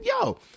Yo